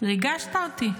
ריגשת אותי.